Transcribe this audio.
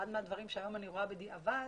אחד מהדברים שהיום אני רואה בדיעבד,